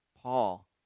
Paul